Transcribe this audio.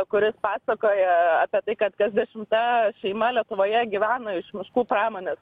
kuris pasakoja apie tai kad kas dešimta šeima lietuvoje gyvena iš miškų pramonės